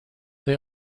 they